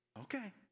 Okay